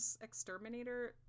exterminator